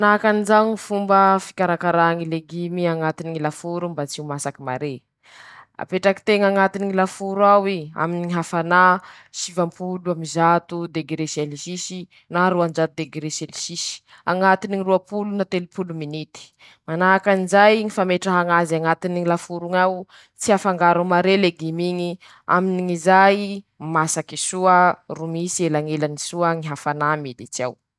Ndreto aby ñy karazany ñy voankazo: - ñy tsoha. - ñy manga. -ñy papay. -ñy voaloboky. - ñy voamanga. -ñy kida.- ñy avoka. -ñy voanio. - ñy goavy.-ñy kile ee.-ñy letchi.- fraise. - ñy grenade eee. ñy tsoha madiro.